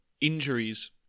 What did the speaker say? injuries